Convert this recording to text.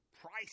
price